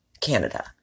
Canada